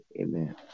Amen